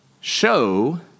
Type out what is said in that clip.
show